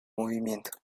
movimiento